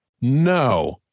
No